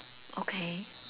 okay